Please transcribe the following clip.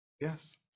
yes